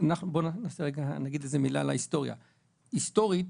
היסטורית,